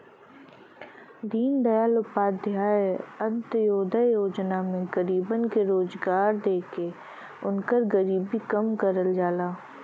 दीनदयाल उपाध्याय अंत्योदय योजना में गरीबन के रोजगार देके उनकर गरीबी कम करल जाला